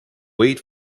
wait